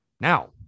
Now